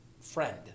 friend